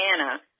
Anna